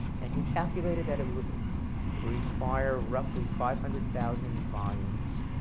and he calculated that it would require roughly five hundred thousand volumes,